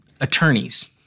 attorneys